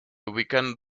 ubican